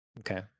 Okay